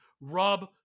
Rob